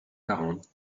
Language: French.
quarante